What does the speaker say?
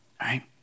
right